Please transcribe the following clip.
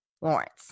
Lawrence